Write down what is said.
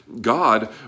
God